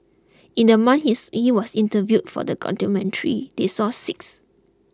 in the month he's he was interviewed for the documentary they saw six